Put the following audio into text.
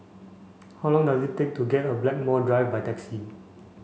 how long does it take to get a Blackmore Drive by taxi